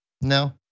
No